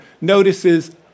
notices